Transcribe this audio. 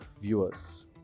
viewers